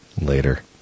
later